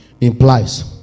implies